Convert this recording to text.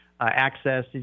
access